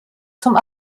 zum